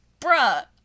bruh